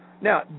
Now